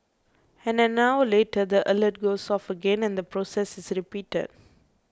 and an hour later the alert goes off again and the process is repeated